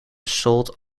sold